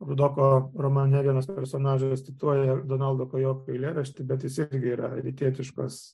rudoko romane vienas personažas cituoja donaldo kajoko eilėraštį bet jis irgi yra rytietiškos